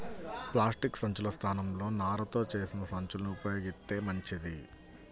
plastic సంచుల స్థానంలో నారతో చేసిన సంచుల్ని ఉపయోగిత్తే మంచిది